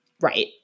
Right